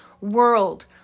world